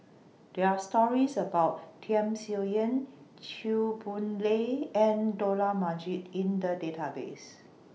There Are stories about Tham Sien Yen Chew Boon Lay and Dollah Majid in The Database